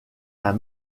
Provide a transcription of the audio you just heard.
d’un